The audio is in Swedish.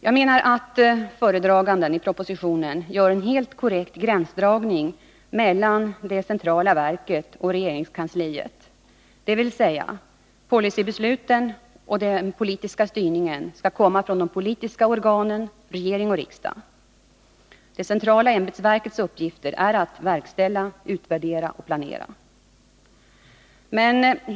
Jag menar att föredraganden gör en helt korrekt gränsdragning mellan det centrala verket och regeringskansliet, dvs. policybesluten och den politiska styrningen skall komma från de politiska organen, regering och riksdag. Det centrala ämbetsverkets uppgifter är att verkställa, utvärdera och planera.